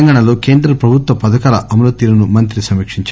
తెలంగాణలో కేంద్ర ప్రభుత్వ పథకాల అమలు తీరును మంత్రి సమీక్షించారు